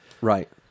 Right